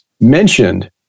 mentioned